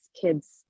kids